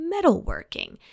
metalworking